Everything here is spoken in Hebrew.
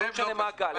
לא משנה מה הגל.